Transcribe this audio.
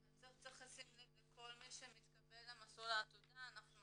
צריך לשים לב לכל מי שמתקבל למסלול העתודה, אנחנו